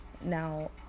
Now